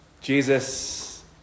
Jesus